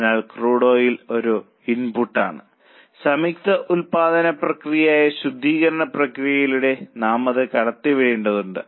അതിനാൽ crude oil ഒരു ഇൻപുട്ടാണ് സംയുക്ത ഉൽപ്പാദന പ്രക്രിയയായ ശുദ്ധീകരണ പ്രക്രിയയിലൂടെ നാം അത് കടത്തിവിടേണ്ടതുണ്ട്